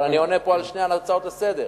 אבל אני עונה פה על שתי הצעות לסדר-היום.